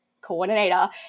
coordinator